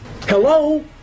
hello